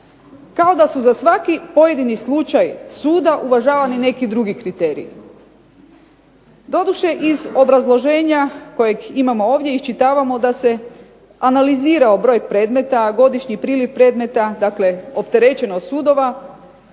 Kao da su za svaki pojedini slučaj suda uvažavani neki drugi kriteriji. Doduše iz obrazloženja kojeg imamo ovdje iščitivamo da se analizirao broj predmeta, godišnji priliv predmeta. Dakle, opterećenost sudova